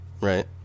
right